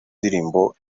ndirimbo